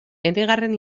enegarren